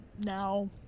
now